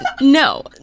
No